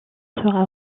sera